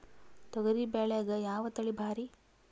ತೊಗರಿ ಬ್ಯಾಳ್ಯಾಗ ಯಾವ ತಳಿ ಭಾರಿ?